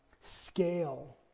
scale